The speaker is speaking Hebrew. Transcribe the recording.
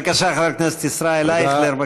בבקשה, חבר הכנסת ישראל אייכלר.